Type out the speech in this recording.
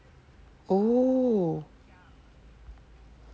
oh